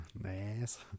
Nice